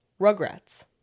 rugrats